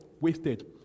wasted